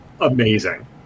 Amazing